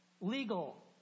legal